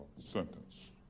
sentence